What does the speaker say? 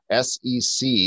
SEC